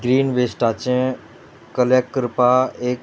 green वेस्टाचें collect करपा एक